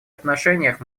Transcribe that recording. отношениях